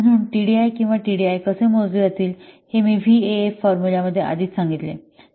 म्हणून टीडीआय आणि टीडीआय कसे मोजले जातील हे मी व्हीएएफ फॉर्म्युला मध्ये आधीच सांगितले आहे